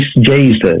Jesus